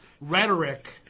rhetoric